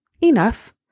enough